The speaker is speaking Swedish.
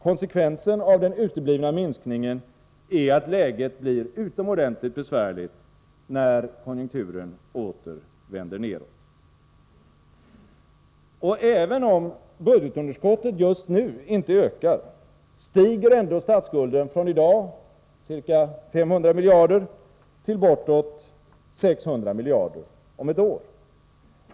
Konsekvensen av den uteblivna minskningen är att läget blir utomordentligt besvärligt, när konjunkturen åter vänder nedåt. Och även om budgetunderskottet just nu inte ökar, stiger ändå statsskulden från i dag ca 500 miljarder till bortåt 600 miljarder om ett år.